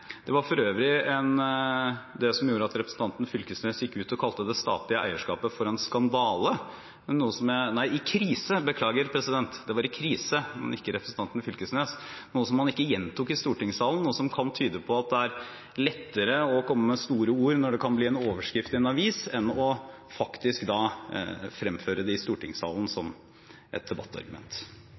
Det var for øvrig det som gjorde at representanten Knag Fylkesnes gikk ut og kalte det statlige eierskapet en skandale – nei, beklager, han sa det var i krise, men ikke representanten Knag Fylkesnes – noe som han ikke gjentok i stortingssalen. Det kan tyde på at det er lettere å komme med store ord når det kan bli en overskrift i en avis enn faktisk å fremføre det i stortingssalen som et debattargument.